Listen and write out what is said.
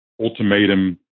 ultimatum